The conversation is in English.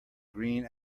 green